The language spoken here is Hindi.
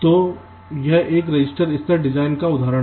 तो यह एक रजिस्टर स्तर डिजाइन का एक उदाहरण है